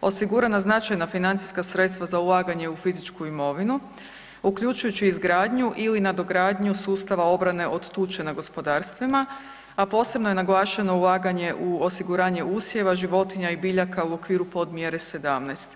osigurana značajna financijska sredstva za ulaganje u fizičku imovinu uključujući izgradnju ili nadogradnju sustava obrane od tuče na gospodarstvima, a posebno je naglašeno ulaganje u osiguranje usjeva, životinja i biljaka u okviru podmjere 17.